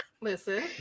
Listen